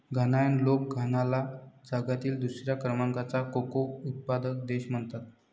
घानायन लोक घानाला जगातील दुसऱ्या क्रमांकाचा कोको उत्पादक देश म्हणतात